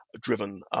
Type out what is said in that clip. driven